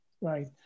Right